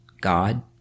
God